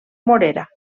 morera